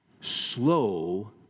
Slow